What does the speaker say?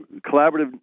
collaborative